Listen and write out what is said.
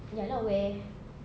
ya lah where